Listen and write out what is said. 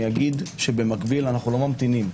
אנו לא ממתינים,